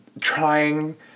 trying